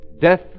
Death